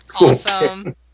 Awesome